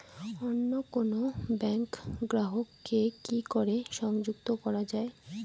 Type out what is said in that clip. অন্য কোনো ব্যাংক গ্রাহক কে কি করে সংযুক্ত করা য়ায়?